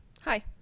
Hi